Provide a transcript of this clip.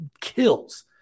kills